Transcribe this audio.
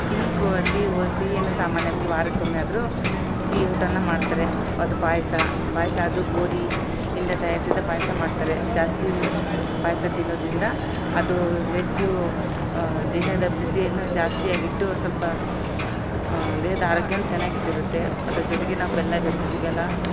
ಸಿಹಿ ಕೋ ಸಿಹಿ ಒ ಸಿಹಿಯನ್ನು ಸಾಮಾನ್ಯವಾಗಿ ವಾರಕೊಮ್ಮೆಆದರೂ ಸಿಹಿ ಊಟವನ್ನ ಮಾಡ್ತಾರೆ ಅದು ಪಾಯಸ ಪಾಯಸ ಅದು ಗೋಧಿ ಇಂದ ತಯಾರಿಸಿದ ಪಾಯಸ ಮಾಡ್ತಾರೆ ಜಾಸ್ತೀ ಪಾಯಸ ತಿನ್ನೊದ್ರಿಂದ ಅದೂ ಹೆಚ್ಚೂ ದೇಹದ ಬಿಸಿಯನ್ನು ಜಾಸ್ತಿಯಾಗಿ ಇಟ್ಟು ಸ್ವಲ್ಪಾ ದೇಹದ ಆರೋಗ್ಯವನ್ನು ಚೆನ್ನಾಗ್ ಇಟ್ಟಿರುತ್ತೆ ಅದ್ರ ಜೊತೆಗೆ ನಾವು ಬೆಲ್ಲ ಬೆರಸ್ತಿವಲ್ಲಾ